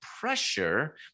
pressure